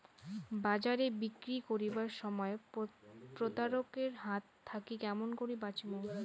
বাজারে বিক্রি করিবার সময় প্রতারক এর হাত থাকি কেমন করি বাঁচিমু?